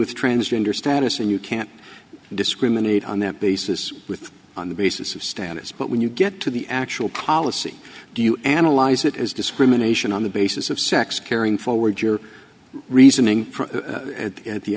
with transgender status and you can't discriminate on that basis with on the basis of standards but when you get to the actual policy do you analyze it as discrimination on the basis of sex carrying forward your reasoning at the